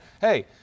Hey